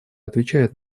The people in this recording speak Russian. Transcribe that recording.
отвечает